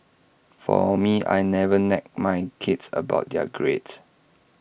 for me I never nag my kids about their grades